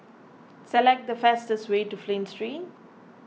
select the fastest way to Flint Street